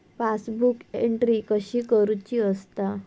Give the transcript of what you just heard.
Passbook entry कशी करुची असता?